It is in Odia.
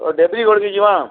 ଓ ଦେବ୍ରିଗଡ଼୍ କେ ଯିମା